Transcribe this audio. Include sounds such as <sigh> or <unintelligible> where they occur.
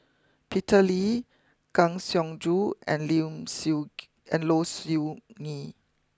Peter Lee Kang Siong Joo and <unintelligible> Siew <noise> and Low Siew Nghee